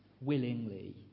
willingly